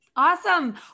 Awesome